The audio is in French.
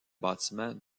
bâtiment